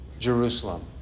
Jerusalem